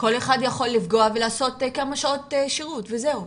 כל אחד יכול לפגוע ולעשות כמה שעות שירות וזהו.